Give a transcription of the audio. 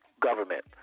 government